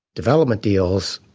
development deals,